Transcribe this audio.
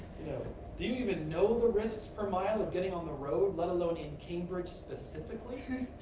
you know do you even know the risks per mile of getting on the road, let alone in cambridge specifically?